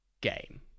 game